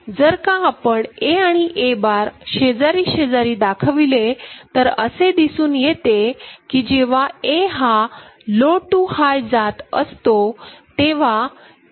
जर का आपण Aआणि A बार शेजारी शेजारी दाखविले तर असे दिसून येते की जेव्हा A हा लो टू हाय जात असतो तेव्हा A bar high to low जात असतो